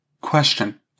Question